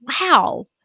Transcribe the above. wow